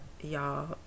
y'all